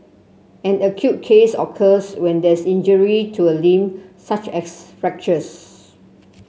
an acute case occurs when there is injury to a limb such as fractures